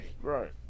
Right